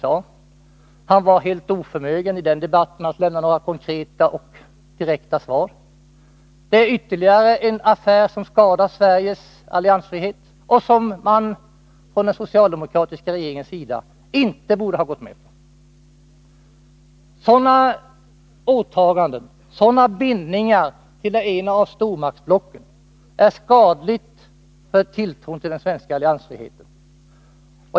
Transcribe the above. Mats Hellström var i den debatten helt oförmögen att lämna några konkreta och direkta svar. Det är ytterligare en affär som skadar Sveriges alliansfrihet och som man från den socialdemokratiska regeringens sida inte borde ha gått med på. Sådana åtaganden och sådana bindningar till det ena av stormaktsblocken är skadliga för tilltron till den svenska alliansfriheten.